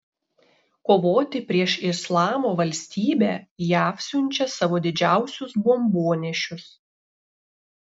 kovoti prieš islamo valstybę jav siunčia savo didžiausius bombonešius